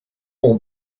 ont